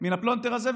מן הפלונטר הזה,